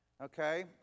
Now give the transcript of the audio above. Okay